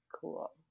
cool